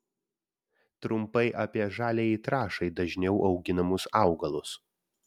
trumpai apie žaliajai trąšai dažniau auginamus augalus